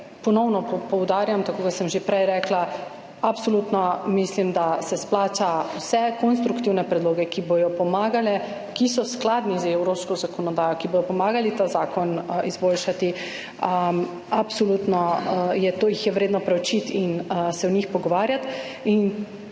ponovno poudarjam, tako kot sem že prej rekla, absolutno mislim, da se izplača vse konstruktivne predloge, ki bodo pomagali, ki so skladni z evropsko zakonodajo, ki bodo pomagali ta zakon izboljšati, absolutno jih je vredno preučiti in se o njih pogovarjati.